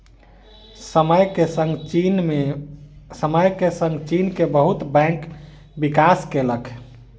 समय के संग चीन के बहुत बैंक विकास केलक